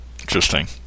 Interesting